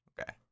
Okay